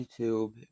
YouTube